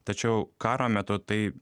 tačiau karo metu tai